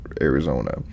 Arizona